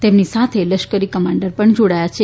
તેમની સાથે લશ્કરી કમાન્ડર પણ જાડાયા છે